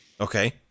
Okay